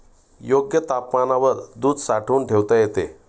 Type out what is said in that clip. योग्य तापमानावर दूध साठवून ठेवता येते